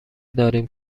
داریم